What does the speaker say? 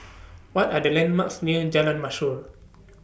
What Are The landmarks near Jalan Mashor